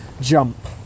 jump